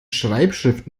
schreibschrift